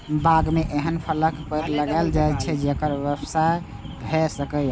बाग मे एहन फलक पेड़ लगाएल जाए छै, जेकर व्यवसाय भए सकय